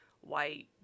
white